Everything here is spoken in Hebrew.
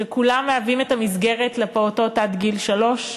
שכולם מהווים את המסגרת לפעוטות עד גיל שלוש.